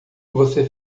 você